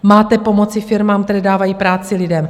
Máte pomoci firmám, které dávají práci lidem!